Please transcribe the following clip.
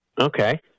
Okay